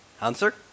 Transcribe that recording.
Answer